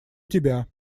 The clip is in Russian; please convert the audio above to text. тебя